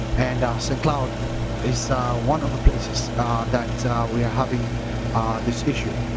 and st. cloud is ah one of the places that we are having this issue.